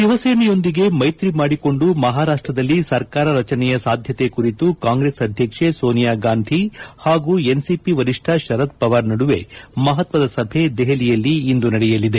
ಶಿವಸೇನೆಯೊಂದಿಗೆ ಮೈತ್ರಿ ಮಾಡಿಕೊಂಡು ಮಹಾರಾಷ್ಲದಲ್ಲಿ ಸರ್ಕಾರ ರಚನೆಯ ಸಾಧ್ಯತೆ ಕುರಿತು ಕಾಂಗ್ರೆಸ್ ಅಧ್ಯಕ್ಷೆ ಸೋನಿಯಾ ಗಾಂಧಿ ಹಾಗೂ ಎನ್ಸಿಪಿ ವರಿಷ್ಠ ಶರದ್ ಪವಾರ್ ನಡುವೆ ಮಹತ್ತದ ಸಭೆ ದೆಹಲಿಯಲ್ಲಿ ಇಂದು ನಡೆಯಲಿದೆ